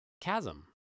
Chasm